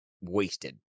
wasted